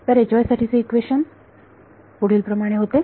तर साठी चे इक्वेशन पुढील प्रमाणे होते